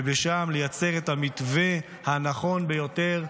ושם לייצר את המתווה הנכון ביותר,